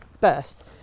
burst